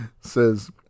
says